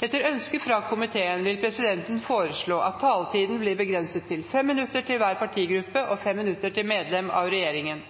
Etter ønske fra familie- og kulturkomiteen vil presidenten foreslå at taletiden blir begrenset til 5 minutter til hver partigruppe og 5 minutter til medlem av regjeringen.